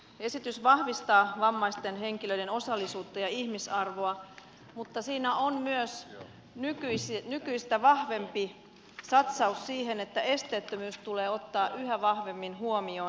esitys vahvistaa vammaisten henkilöiden osallisuutta ja ihmisarvoa mutta siinä on myös nykyistä vahvempi satsaus siihen että esteettömyys tulee ottaa yhä vahvemmin huomioon